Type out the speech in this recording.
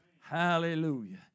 Hallelujah